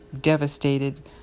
devastated